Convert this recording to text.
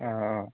অঁ অঁ